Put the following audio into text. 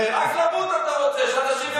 רק למות אתה רוצה, שאנשים ימותו.